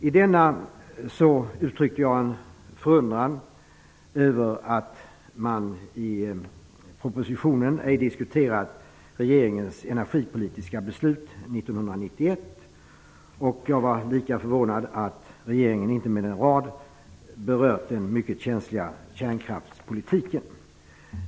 I denna motion uttryckte jag en förundran över att man i propositionen ej diskuterat regeringens energipolitiska beslut 1991. Jag var lika förvånad att regeringen inte med en rad berörde den mycket känsliga kärnkraftspolitiken.